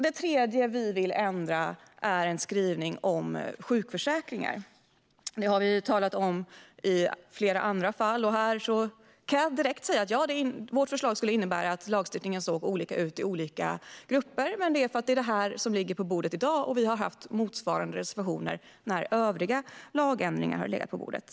Vi vill också ändra en skrivning om sjukförsäkringar. Vi har talat om detta i flera andra fall. Jag kan direkt säga att vårt förslag skulle innebära att lagstiftningen ser olika ut för olika grupper. Men det beror på att det är detta som ligger på bordet i dag, och vi har haft motsvarande reservationer när övriga lagändringar har legat på bordet.